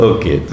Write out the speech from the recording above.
Okay